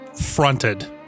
fronted